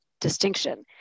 distinction